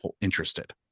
interested